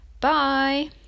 Bye